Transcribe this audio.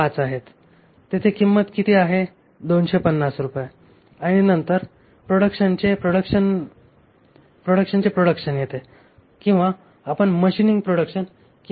येथे किंमत किती आहे 250 रुपये आणि नंतर प्रोडक्ट्सचे प्रोडक्शन येते किंवा आपण मशीनिंग प्रोडक्शन किंवा मशीनिंग म्हणू शकता